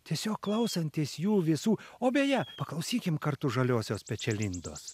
tiesiog klausantis jų visų o beje paklausykim kartu žaliosios pečialindos